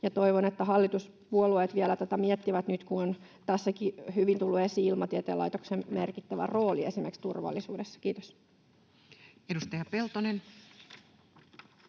toivon, että hallituspuolueet vielä tätä miettivät nyt, kun tässäkin on hyvin tullut esiin Ilmatieteen laitoksen merkittävä rooli esimerkiksi turvallisuudessa. — Kiitos. [Speech